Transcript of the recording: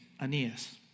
Aeneas